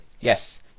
yes